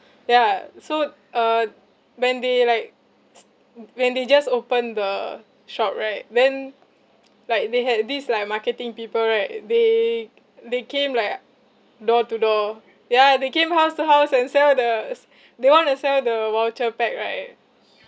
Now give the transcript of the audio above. ya so uh when they like when they just opened the shop right then like they had this like marketing people right they they came like door to door ya they came house to house and sell the s~ they want to sell the voucher pack right